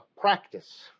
practice